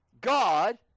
God